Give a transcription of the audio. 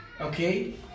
okay